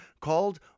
called